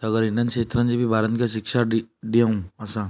त अगरि इन्हनि क्षेत्रनि जे बि ॿारनि खे शिक्षा ॾि ॾेयऊं असां